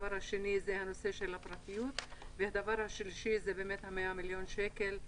הדבר השני זה הנושא של הפרטיות והדבר השלישי זה באמת ה-100 מיליון שקל,